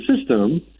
system